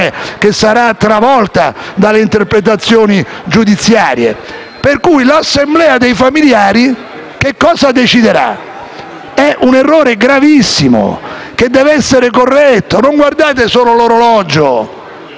che sarà travolta dalle interpretazioni giudiziarie. Ebbene, l'assemblea dei familiari che cosa deciderà? È un errore gravissimo che deve essere corretto. Non guardate solo l'orologio,